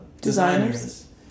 designers